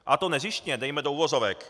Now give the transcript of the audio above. A to nezištně dejme do uvozovek.